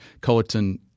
Cullerton